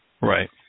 Right